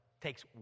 Takes